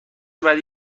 بعدی